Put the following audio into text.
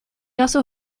also